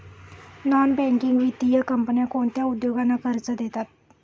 Non banking वित्तीय कंपन्या कोणत्या उद्योगांना कर्ज देतात?